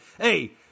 hey